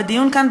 בדיון כאן,